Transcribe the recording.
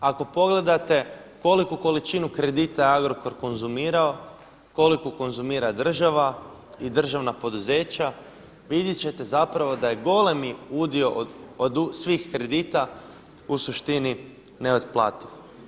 Ako pogledate koliku količinu kredita je Agrokor konzumirao, koliko konzumira država i državna poduzeća, vidjet ćete da je golemi udio od svih kredita u suštini ne otplativ.